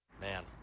Man